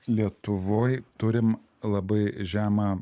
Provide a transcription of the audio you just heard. lietuvoj turim labai žemą